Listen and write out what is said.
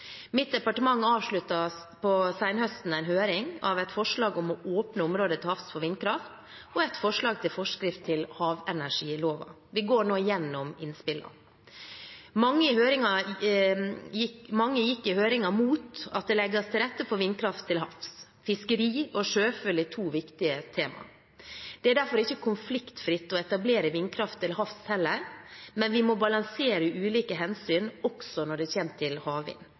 Mitt departement avsluttet på senhøsten en høring av et forslag om å åpne områder til havs for vindkraft og et forslag til forskrift til havenergiloven. Vi går nå igjennom innspillene. Mange gikk i høringen imot at det legges til rette for vindkraft til havs. Fiskeri og sjøfugl er to viktige tema. Det er derfor ikke konfliktfritt å etablere vindkraft til havs heller, men vi må balansere ulike hensyn også når det kommer til havvind.